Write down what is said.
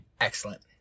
excellent